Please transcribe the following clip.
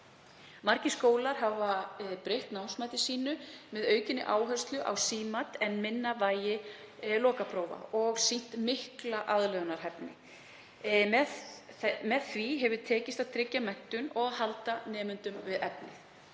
Margir skólar hafa breytt námsmati sínu með aukinni áherslu á símat og minna vægi lokaprófa og sýnt mikla aðlögunarhæfni. Með því hefur tekist að tryggja menntun og halda nemendum við efnið.